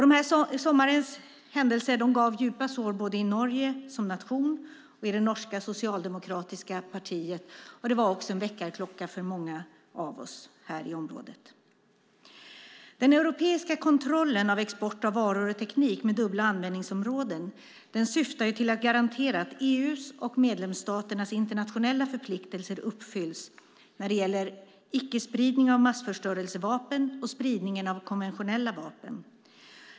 Sommarens händelser gav djupa sår både i Norge som nation och i det norska socialdemokratiska partiet. Det var också en väckarklocka för många av oss här i området. Den europeiska kontrollen av export av varor och teknik med dubbla användningsområden syftar till att garantera att EU:s och medlemsstaternas internationella förpliktelser uppfylls när det gäller icke-spridning av massförstörelsevapen och spridningen av konventionella vapen.